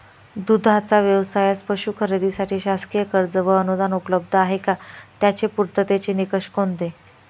दूधाचा व्यवसायास पशू खरेदीसाठी शासकीय कर्ज व अनुदान उपलब्ध आहे का? त्याचे पूर्ततेचे निकष कोणते?